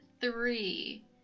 three